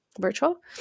virtual